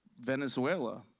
Venezuela